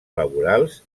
laborals